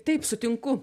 taip sutinku